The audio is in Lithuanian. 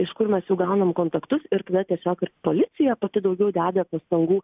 iš kur mes jų gaunam kontaktus ir tada tiesiog policija pati daugiau deda pastangų